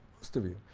most of you.